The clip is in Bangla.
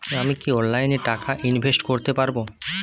আমি কি অনলাইনে টাকা ইনভেস্ট করতে পারবো?